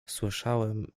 słyszałem